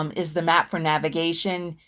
um is the map for navigation?